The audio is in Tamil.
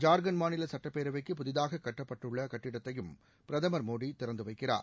ஜார்க்கண்ட் மாநில சட்டப்பேரவைக்கு புதிதாக கட்டப்பட்டுள்ள கட்டடத்தையும் பிரதமர் மோடி திறந்து வைக்கிறார்